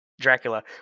Dracula